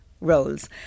roles